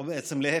או בעצם להפך.